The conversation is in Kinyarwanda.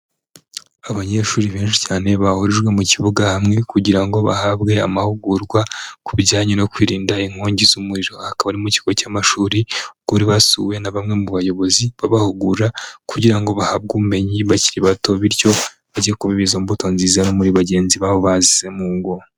Abanyeshuri benshi cyane bahurijwe mu kibuga hamwe kugira ngo bahabwe amahugurwa ku bijyanye no kwirinda inkingi z'umuriro, aha akaba ari mu kigo cy'amashuri, ubwo bari basuwe na bamwe mu bayobozi babahugura kugira ngo bahabwe ubumenyi bakiri bato, bityo bajye kubiba izo mbuto nziza no muri bagenzi babo basize mu ngo.